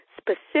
specific